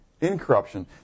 Incorruption